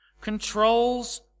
controls